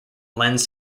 lends